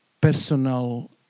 personal